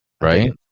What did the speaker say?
Right